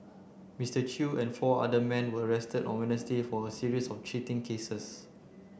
Mister Chew and four other men were arrested on Wednesday for a series of cheating cases